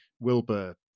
Wilbur